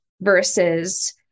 versus